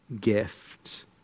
gift